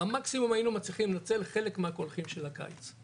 במקסימום היינו מצליחים לנצל חלק מהקולחים של הקיץ,